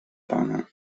pana